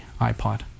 iPod